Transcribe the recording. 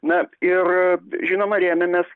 na ir žinoma rėmėmės